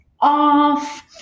off